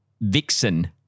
Vixen